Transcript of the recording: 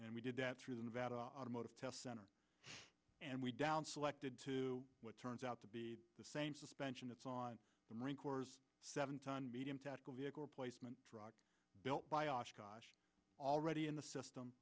and we did that through the nevada automotive test center and we down selected to what turns out to be the same suspension that's on the marine corps seven ton medium tactical vehicle replacement built by osh kosh already in the system